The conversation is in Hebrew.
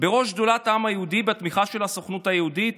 בראש שדולת העם היהודי בתמיכה של הסוכנות היהודית.